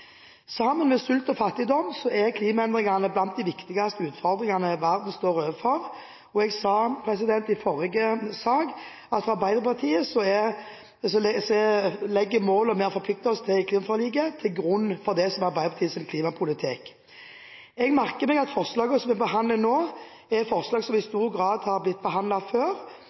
Sammen med sult og fattigdom er klimaendringene blant de viktigste utfordringene verden står overfor, og jeg sa i forrige sak at for Arbeiderpartiet ligger målene som vi har forpliktet oss til i klimaforliket, til grunn for vår klimapolitikk. Jeg merker meg at forslagene som vi behandler nå, er forslag som i stor grad er blitt behandlet før,